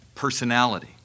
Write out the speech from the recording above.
personality